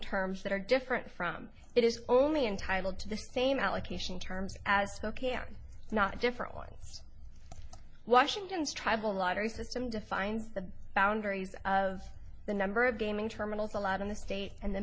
terms that are different from it is only entitled to the same allocation terms as ok are not different ones washington's tribal lottery system defines the boundaries of the number of gaming terminals allowed in the state and the